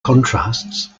contrasts